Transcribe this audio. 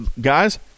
Guys